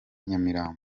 nyamirambo